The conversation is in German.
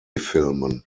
filmen